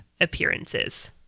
appearances